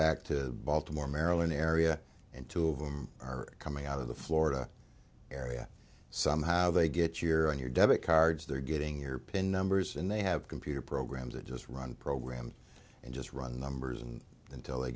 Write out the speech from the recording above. back to baltimore maryland area and two of them are coming out of the florida area somehow they get your on your debit cards they're getting your pin numbers and they have computer programs that just run programs and just run numbers and until they